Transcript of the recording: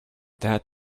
that